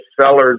sellers